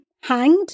hanged